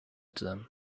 them